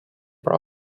bra